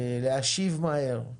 להשיב מהר,